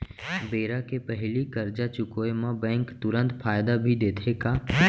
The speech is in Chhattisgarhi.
बेरा के पहिली करजा चुकोय म बैंक तुरंत फायदा भी देथे का?